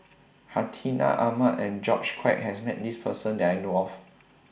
Hartinah Ahmad and George Quek has Met This Person that I know of